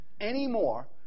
anymore